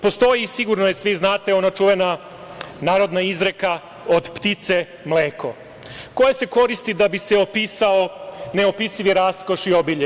Postoji sigurno svi već znate ona čuvena narodna izreka – od ptice mleko, koje se koristi da bi se opisao neopisivi raskoš i obilje.